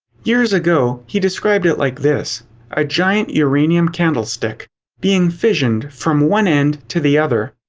years ago, he described it like this a giant uranium candle-stick being fissioned from one end to the other.